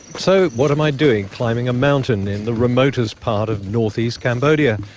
so what am i doing climbing a mountain in the remotest part of northeast cambodia?